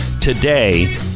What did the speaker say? today